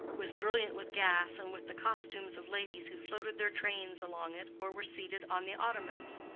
was brilliant with gas and with the costumes of ladies who floated their trains along it or were seated on the ottomans.